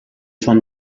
von